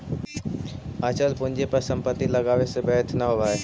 अचल पूंजी पर संपत्ति लगावे से व्यर्थ न होवऽ हई